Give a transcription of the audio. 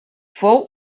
fou